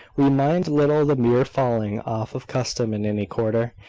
we mind little the mere falling off of custom in any quarter,